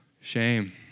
shame